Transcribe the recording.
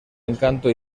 encanto